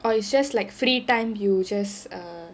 or it's just like free time you just err